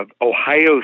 Ohio